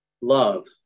Love